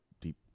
deep